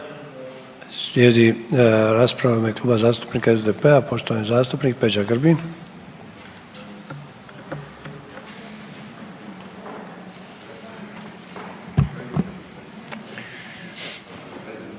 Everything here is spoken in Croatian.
Slijedi rasprava u ime Kluba zastupnika SDP-a poštovani zastupnik Peđa Grbin.